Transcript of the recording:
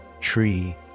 tree